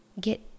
get